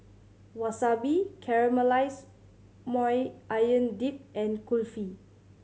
Wasabi Caramelized Maui Onion Dip and Kulfi